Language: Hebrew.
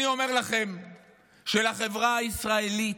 אני אומר לכם שהחברה הישראלית,